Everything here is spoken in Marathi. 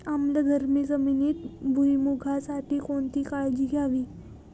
आम्लधर्मी जमिनीत भुईमूगासाठी कोणती काळजी घ्यावी?